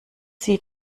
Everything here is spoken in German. sie